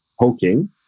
poking